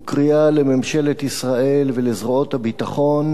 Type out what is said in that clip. וקריאה לממשלת ישראל ולזרועות הביטחון